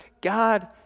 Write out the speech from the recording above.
God